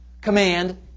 command